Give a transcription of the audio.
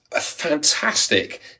fantastic